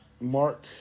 mark